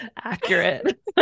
Accurate